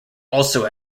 also